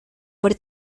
por